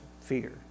fear